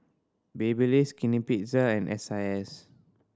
Babyliss Skinny Pizza and S I S